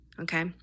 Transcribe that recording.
okay